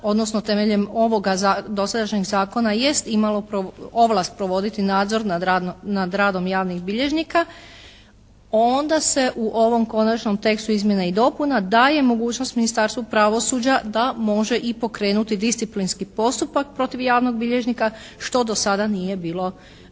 odnosno temeljem ovoga dosadašnjeg zakona jest imalo ovlasti provoditi nadzor nad radom javnih bilježnika onda se u ovom konačnom tekstu izmjena i dopuna daje mogućnost Ministarstvu pravosuđa da može i pokrenuti disciplinski postupak protiv javnog bilježnika što do sada nije bilo